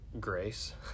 grace